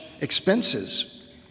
expenses